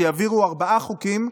שיעבירו ארבעה חוקים,